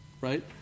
right